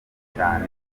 cyane